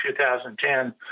2010